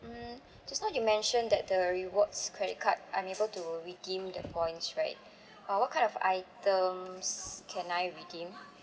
mm just now you mentioned that the rewards credit card I'm able to redeem the points right uh what kind of items can I redeem